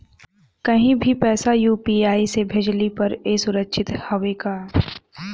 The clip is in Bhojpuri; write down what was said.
कहि भी पैसा यू.पी.आई से भेजली पर ए सुरक्षित हवे का?